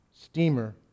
steamer